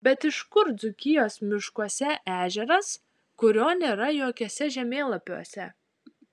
bet iš kur dzūkijos miškuose ežeras kurio nėra jokiuose žemėlapiuose